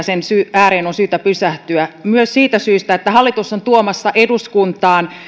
sen ääreen on syytä pysähtyä myös siitä syystä että hallitus on tuomassa eduskuntaan